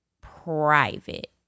private